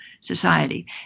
society